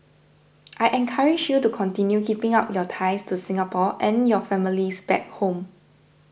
I encourage you to continue keeping up your ties to Singapore and your families back home